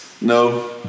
No